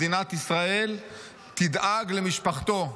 מדינת ישראל תדאג למשפחתו,